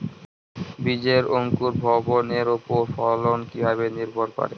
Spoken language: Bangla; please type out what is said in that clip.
বীজের অঙ্কুর ভবনের ওপর ফলন কিভাবে নির্ভর করে?